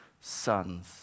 sons